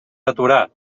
aturar